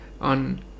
on